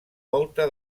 volta